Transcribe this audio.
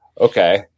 okay